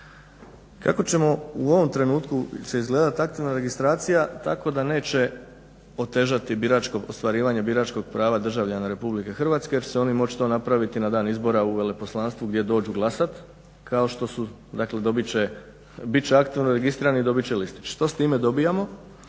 Kako će u ovom trenutku izgledati aktivna registracija? Tako da neće otežati ostvarivanje biračkog prava državljana RH jer će oni moći to napraviti na dan izbora u veleposlanstvu gdje dođu glasati kao što su, dakle dobit će, bit će aktivno registrirani i dobit će listić. Što s time dobivamo?